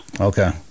Okay